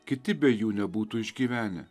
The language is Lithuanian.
kiti be jų nebūtų išgyvenę